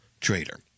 trader